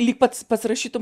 lyg pats pats rašytum